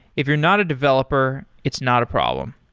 if you're not a developer, it's not a problem.